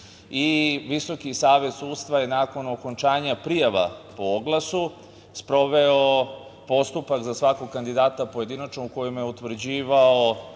Visoki savet sudstva je nakon okončanja prijava po oglasu sproveo postupak za svakog kandidata pojedinačno, u kojima je utvrđivao